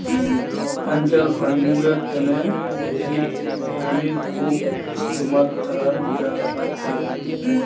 angel फंडिंगर तने seed मनीर खूब इस्तमाल कराल जा छेक